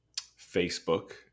Facebook